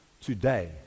today